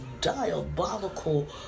diabolical